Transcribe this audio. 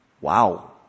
Wow